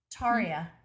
Taria